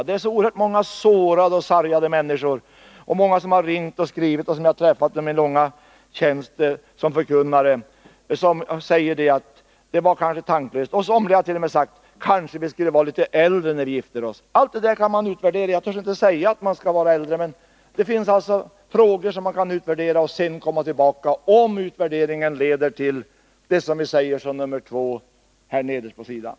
Det finns så oerhört många sårade och sargade människor, och det är så många, som har ringt eller skrivit och som jag har träffat under min långa tjänst som förkunnare, som säger att de kanske gifte sig litet tanklöst. De hart.o.m. sagt: Vi kanske skulle ha varit äldre när vi gifte oss. Allt det där kan man utvärdera. Jag törs inte säga att man skall vara äldre, men det finns frågor som man kan utvärdera för att sedan komma tillbaka, om utvärderingen visar på behovet av det vi säger som nr 2 i vår kläm.